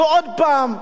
ועוד פעם,